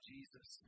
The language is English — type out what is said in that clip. Jesus